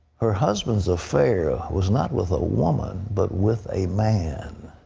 her husband's affair was not with a woman, but with a man.